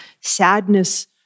sadness